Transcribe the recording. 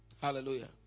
Hallelujah